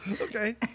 Okay